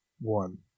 one